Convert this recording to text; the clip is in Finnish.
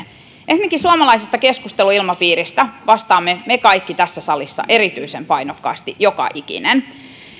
ensinnäkin suomalaisesta keskusteluilmapiiristä vastaamme me kaikki tässä salissa erityisen painokkaasti joka ikinen